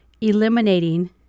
eliminating